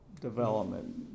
development